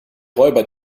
räuber